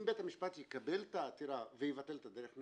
אם בית המשפט יקבל את העתירה ויבטל את הדרך,